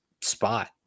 spot